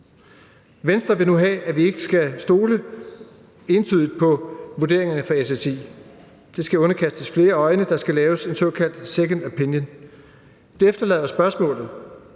Venstre vil nu have, at vi ikke skal stole entydigt på vurderingerne fra SSI. Det skal underkastes flere øjne – der skal laves en såkaldt second opinion. Det efterlader spørgsmålet: